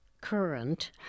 current